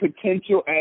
potential